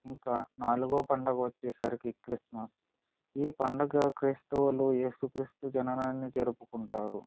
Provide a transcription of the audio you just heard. ఇంకా నాలుగో పండుగ వచ్చేసరికి క్రిస్మస్ పండగ క్రైస్తవులు ఏసుక్రీస్తు జననాన్ని జరుపుకుంటారు